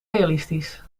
realistisch